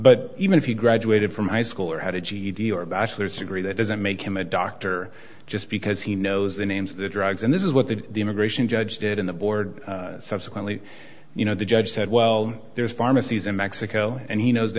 but even if he graduated from high school or had a ged or a bachelor's degree that doesn't make him a doctor just because he knows the names of the drugs and this is what the the immigration judge did in the board subsequently you know the judge said well there's pharmacies in mexico and he knows the